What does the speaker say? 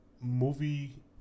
movie